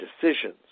decisions